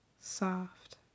soft